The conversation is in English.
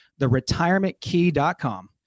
theretirementkey.com